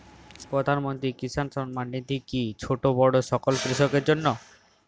প্রধানমন্ত্রী কিষান সম্মান নিধি কি ছোটো বড়ো সকল কৃষকের জন্য?